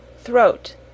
throat